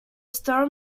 storm